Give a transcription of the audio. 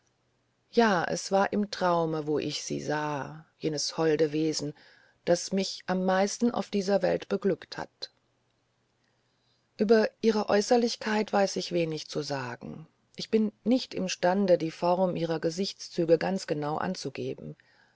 ja es war im traume wo ich sie sah jenes holde wesen das mich am meisten auf dieser welt beglückt hat über ihre äußerlichkeit weiß ich wenig zu sagen ich bin nicht imstande die form ihrer gesichtszüge ganz genau anzugeben